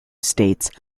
states